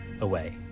away